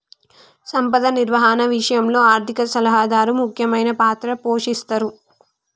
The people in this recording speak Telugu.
సంపద నిర్వహణ విషయంలో ఆర్థిక సలహాదారు ముఖ్యమైన పాత్ర పోషిస్తరు